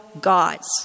gods